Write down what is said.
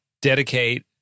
dedicate